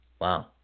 Wow